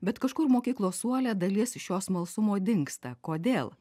bet kažkur mokyklos suole dalis šio smalsumo dingsta kodėl